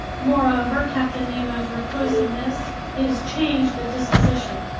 moreover, captain nemo's reclusiveness, his changed disposition,